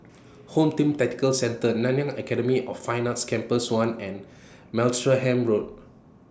Home Team Tactical Centre Nanyang Academy of Fine Arts Campus one and Martlesham Road